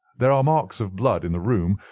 there are marks of blood in the room,